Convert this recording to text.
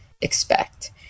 expect